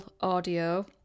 audio